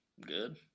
good